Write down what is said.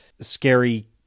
scary